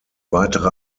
weitere